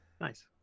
Nice